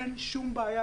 אין שום בעיה,